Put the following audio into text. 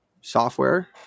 software